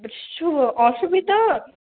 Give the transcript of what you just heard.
কিছু অসুবিধা